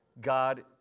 God